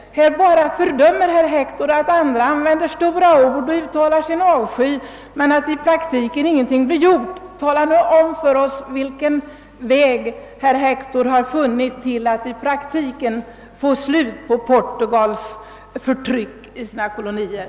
Herr Hector bara fördömer att andra människor använder starka ord och uttalar sin avsky, men att sedan ingenting blir gjort i praktiken. Tala nu om för oss, herr Hector, vilken väg Ni har hittat för att få ett slut på Portugals förtryck i sina kolonier!